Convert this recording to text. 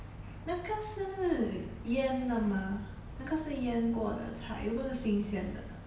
那个是腌的吗那个是腌过的才不是新鲜的